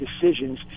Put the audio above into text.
decisions